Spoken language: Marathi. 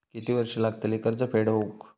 किती वर्षे लागतली कर्ज फेड होऊक?